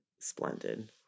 splendid